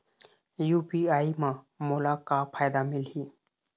UPI म मोला का फायदा मिलही?